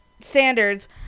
standards